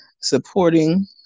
supporting